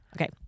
Okay